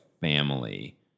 family